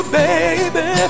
baby